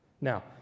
Now